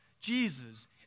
Jesus